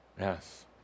yes